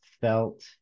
felt